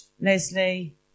Leslie